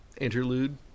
interlude